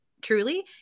truly